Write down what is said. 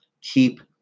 keep